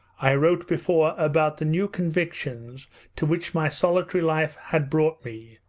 i wrote before about the new convictions to which my solitary life had brought me,